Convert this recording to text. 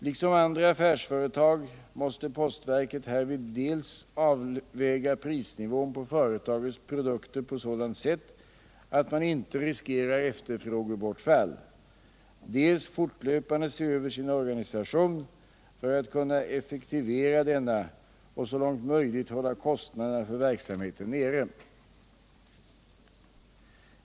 Liksom andra affärsföretag måste postverket härvid dels avväga prisnivån på försämrad service på kommunika tionsområdet 100 företagets produkter på sådant sätt att man inte riskerar efterfrågebortfall, dels fortlöpande se över sin organisation för att kunna effektivera denna och så långt möjligt hålla kostnaderna för verksamheten nere.